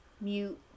mute